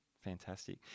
fantastic